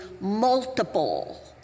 multiple